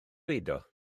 beidio